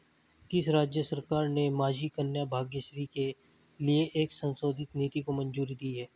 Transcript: किस राज्य सरकार ने माझी कन्या भाग्यश्री के लिए एक संशोधित नीति को मंजूरी दी है?